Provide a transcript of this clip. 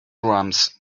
drums